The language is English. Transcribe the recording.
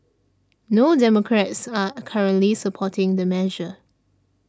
no Democrats are currently supporting the measure